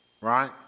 right